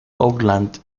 oakland